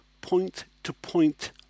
point-to-point